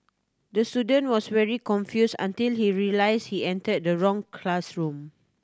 the student was very confused until he realised he entered the wrong classroom